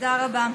תודה רבה.